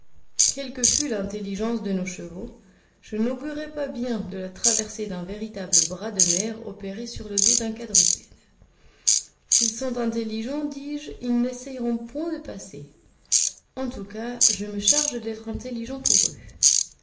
que fût l'intelligence de nos chevaux je n'augurais pas bien de la traversée d'un véritable bras de mer opérée sur le dos d'un quadrupède s'ils sont intelligents dis-je ils n'essayeront point de passer en tout cas je me charge d'être intelligent pour eux